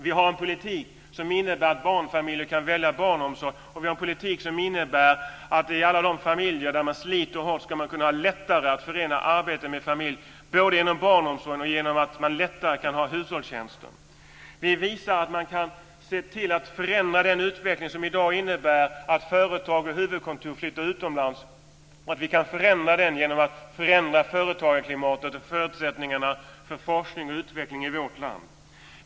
Vi har en politik som innebär att barnfamiljer kan välja barnomsorg och som innebär att man i alla de familjer där man sliter hårt ska kunna ha lättare att förena arbete med familj både genom barnomsorgen och genom att man lättare ska kunna få hushållstjänster. Vi visar att man kan se till att förändra den utveckling som i dag innebär att företagens huvudkontor flyttar utomlands. Vi kan förändra den genom att förändra företagarklimatet och förutsättningarna för forskning och utveckling i vårt land.